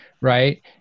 right